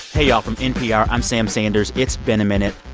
hey, y'all. from npr, i'm sam sanders. it's been a minute.